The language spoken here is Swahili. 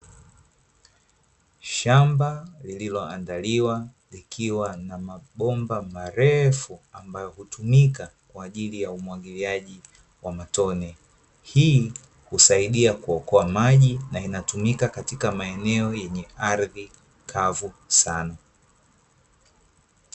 Shamba lililoandaliwa, likiwa na mabomba marefu ambayo hutumika kwa ajili ya umwagiliaji wa matone. Hii husaidia kuokoa maji na hutumika kwenye maeneo yenye ardhi kavu sana.